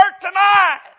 tonight